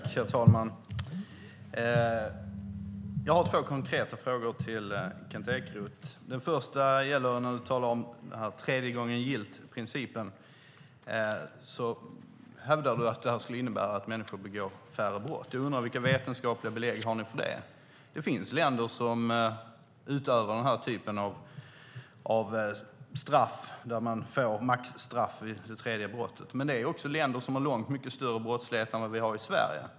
Herr talman! Jag har två konkreta frågor till Kent Ekeroth. Den första gäller tredje-gången-gillt-principen. Kent Ekeroth hävdar att detta skulle innebära att människor begår färre brott. Jag undrar vilka vetenskapliga belägg ni har för det. Det finns länder som utövar den här typen av straff där man får maxstraff vid det tredje brottet, men det är länder som har en långt mycket större brottslighet än vad vi har i Sverige.